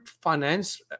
finance